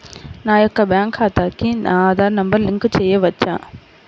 నా యొక్క బ్యాంక్ ఖాతాకి నా ఆధార్ నంబర్ లింక్ చేయవచ్చా?